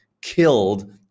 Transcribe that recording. killed